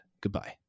goodbye